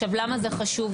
עכשיו למה זה חשוב?